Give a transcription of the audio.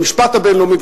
במשפט הבין-לאומי,